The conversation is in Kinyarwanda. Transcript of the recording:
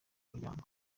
muryango